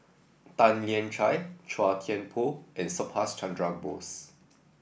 Tan Lian Chye Chua Thian Poh and Subhas Chandra Bose